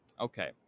Okay